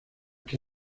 que